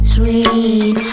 Sweet